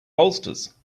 bolsters